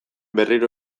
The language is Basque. berriro